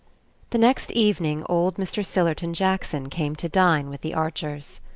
the next evening old mr. sillerton jackson came to dine with the archers.